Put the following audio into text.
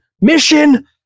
Mission